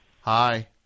Hi